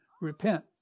Repent